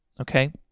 okay